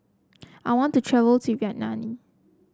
I want to travel to Vietnam